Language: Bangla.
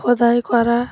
খোদাই করা